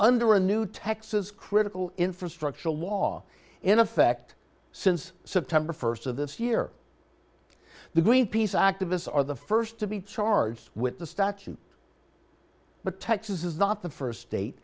under a new texas critical infrastructure law in effect since september st of this year the greenpeace activists are the st to be charged with the statute but texas is not the st state